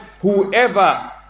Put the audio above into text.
whoever